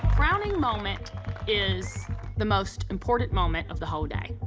crowning moment is the most important moment of the whole day.